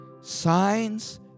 Signs